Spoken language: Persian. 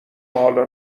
حالا